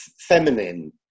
feminine